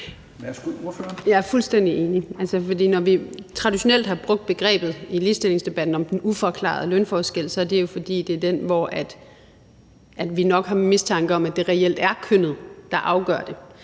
Jeg er fuldstændig enig. Når vi traditionelt har brugt begrebet i ligestillingsdebatten om den uforklarede lønforskel, er det jo, fordi det er den, hvor vi nok har mistanke om, at det reelt er kønnet, der afgør det.